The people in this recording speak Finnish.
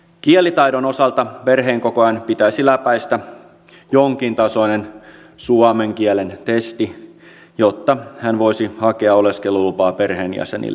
kielitaidon osalta perheenkokoajan pitäisi läpäistä jonkintasoinen suomen kielen testi jotta hän voisi hakea oleskelulupaa perheenjäsenille